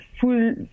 full